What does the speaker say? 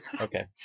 okay